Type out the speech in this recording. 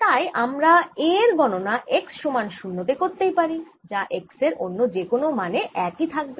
তাই আমরা A এর গণনা x সমান 0 তে করতেই পারি যা x এর অন্য যে কোন মানে একই থাকবে